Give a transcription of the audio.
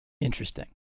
Interesting